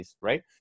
right